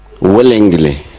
willingly